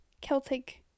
Celtic